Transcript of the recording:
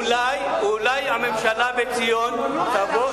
אולי הממשלה בציון תבוא,